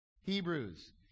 Hebrews